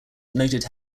noted